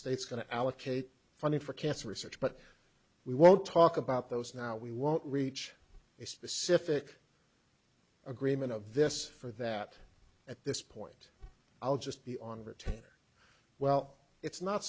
state's going to allocate funding for cancer research but we won't talk about those now we won't reach a specific agreement of this for that at this point i'll just be on retainer well it's not